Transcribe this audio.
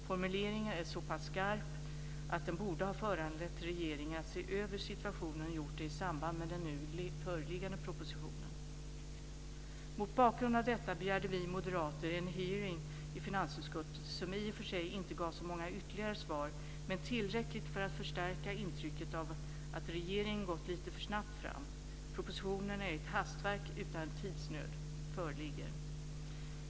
Formuleringen är så pass skarp att den borde ha föranlett regeringen att se över situationen i samband med den nu föreliggande propositionen. Mot bakgrund av detta begärde vi moderater en hearing i finansutskottet, som i och för sig inte gav så många ytterligare svar, men tillräckligt för att förstärka intrycket av att regeringen gått lite för snabbt fram. Propositionen är ett hastverk utan att tidsnöd föreligger.